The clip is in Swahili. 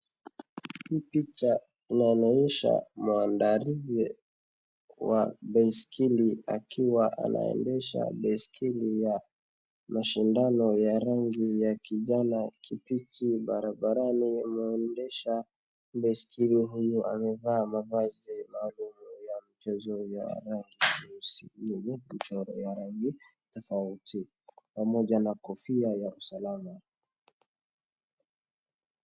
Hii picha inanionyesha mwanariadha wa baiskeli akiwa anaendesha baiskeli ya mashindano ya rangi ya kijani kibichi barabarani, anaendesha baiskeli huyu amevaa mavazi maalum ya mchezo ya rangi nyeusi yenye kuchorea rangi tofauti pamoja na kofia ya usalama.